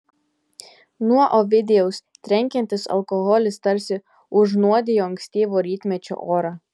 nuo ovidijaus trenkiantis alkoholis tarsi užnuodijo ankstyvo rytmečio orą